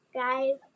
guys